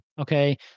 Okay